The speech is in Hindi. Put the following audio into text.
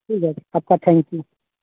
ठीक है आपका थैंक यू